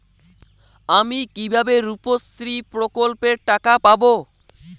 আমি কিভাবে রুপশ্রী প্রকল্পের টাকা পাবো?